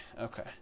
okay